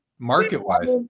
market-wise